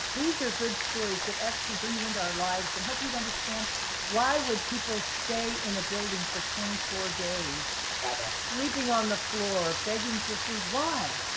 these are good stories that bring you into our lives and help you understand why would people stay in a building for twenty four days and sleeping on the floor, begging for food. why?